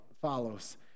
follows